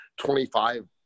25